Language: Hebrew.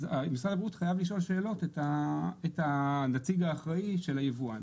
אז משרד הבריאות חייב לשאול שאלות את הנציג האחראי של היבואן.